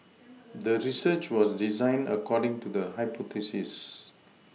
the research was designed according to the hypothesis